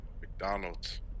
McDonald's